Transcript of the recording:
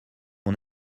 mon